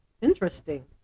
interesting